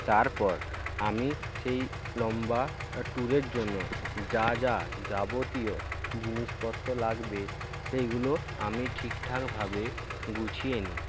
তারপর আমি সেই লম্বা ট্যুরের জন্য যা যা যাবতীয় জিনিসপত্র লাগবে সেইগুলো আমি ঠিকঠাকভাবে গুছিয়ে নিই